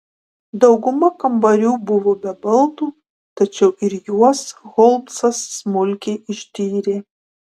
dauguma kambarių buvo be baldų tačiau ir juos holmsas smulkiai ištyrė